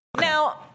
Now –